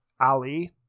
Ali